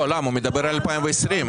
הוא מדבר על 2020,